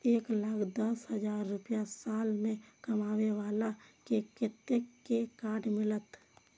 एक लाख दस हजार रुपया साल में कमाबै बाला के कतेक के कार्ड मिलत?